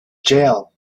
jail